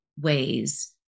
ways